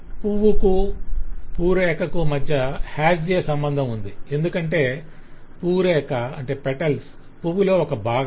పువ్వుకు పూరేకకు మధ్య 'HAS A' సంబంధం ఉంది ఎందుకంటే పూరేక పువ్వు లో ఒక భాగం